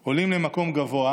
הם אומנם עדיין עולים למקום גבוה,